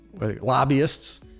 lobbyists